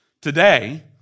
today